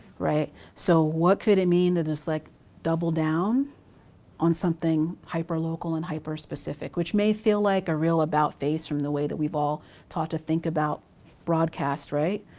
right. so, what could it mean to just like double down on something hyper-local and hyper-specific? which may feel like a real about face from the way that we've all taught to think about broadcast, right.